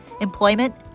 employment